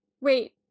wait